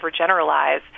overgeneralize